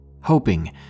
hoping